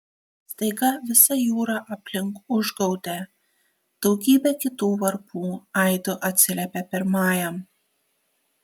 staiga visa jūra aplink užgaudė daugybė kitų varpų aidu atsiliepė pirmajam